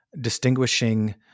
distinguishing